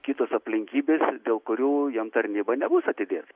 kitos aplinkybės dėl kurių jam tarnyba nebus atidėta